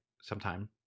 sometime